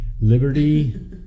Liberty